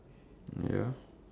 mm possible ya